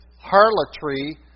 harlotry